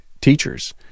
teachers